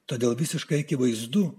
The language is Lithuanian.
todėl visiškai akivaizdu